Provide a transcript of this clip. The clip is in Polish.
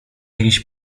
jakiś